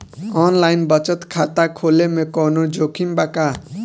Online बचत खाता खोले में कवनो जोखिम बा का?